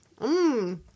Mmm